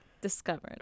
Discovered